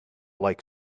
like